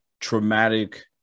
traumatic